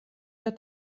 der